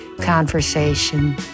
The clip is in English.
conversation